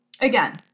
again